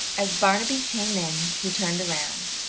as barnaby came in he turned round,